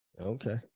Okay